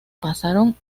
pasaron